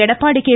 Edappadi K